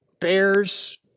bears